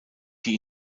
die